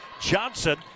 Johnson